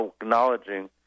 acknowledging